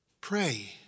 pray